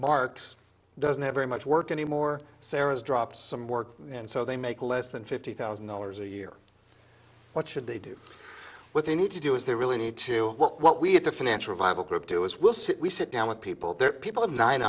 mark's doesn't have very much work anymore sarah has dropped some work and so they make less than fifty thousand dollars a year what should they do what they need to do is they really need to what we have to financially viable group to as we'll sit we sit down with people they're people of nine